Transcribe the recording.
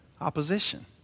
opposition